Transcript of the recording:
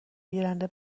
گیرنده